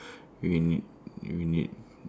we need we need